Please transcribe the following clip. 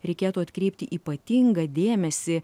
reikėtų atkreipti ypatingą dėmesį